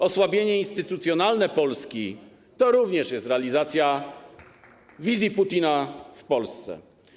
Osłabienie instytucjonalne Polski to również jest realizacja wizji Putina w Polsce.